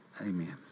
amen